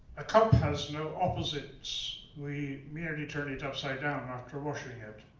a cup has no opposites, we merely turn it upside down after washing it.